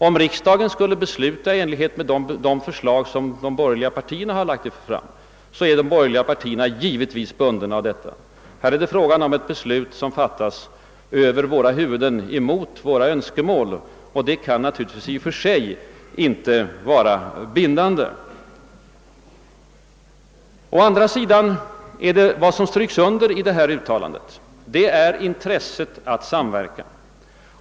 Om riksdagen beslutar i enlighet med de förslag som de borgerliga partierna lagt fram är de borgerliga partierna givetvis bundna härav. Här är det emellertid fråga om ett beslut som fattas över våra huvuden och mot våra önskemål. Det beslutet kan naturligtvis i och för sig inte vara bindande för oss. Vad som understryks i detta yttrande är å andra sidan intresset för att samverka.